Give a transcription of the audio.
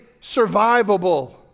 survivable